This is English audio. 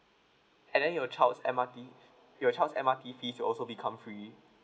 and then your child's M_R_T your child M_R_T fee also become free